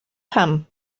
pam